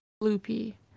Loopy